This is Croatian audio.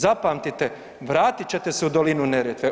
Zapamtite, vratit ćete se u dolinu Neretve.